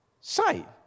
sight